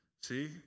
See